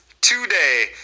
today